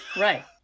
right